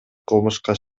кылмышка